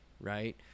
right